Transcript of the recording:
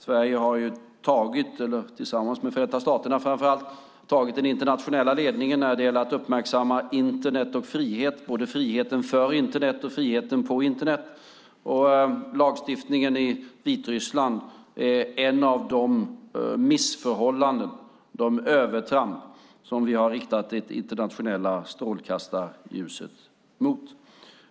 Sverige har tillsammans med Förenta staterna, framför allt, tagit den internationella ledningen när det gäller att uppmärksamma Internet och frihet, både friheten för Internet och friheten på Internet. Lagstiftningen i Vitryssland är ett av de missförhållanden och de övertramp som vi har riktat det internationella strålkastarljuset mot.